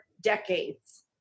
decades